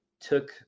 took